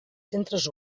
centres